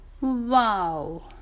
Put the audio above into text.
Wow